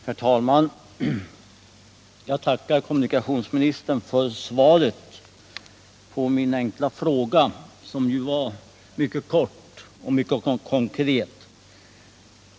Herr talman! Jag tackar kommunikationsministern för svaret på min fråga, som ju var mycket kort och mycket konkret.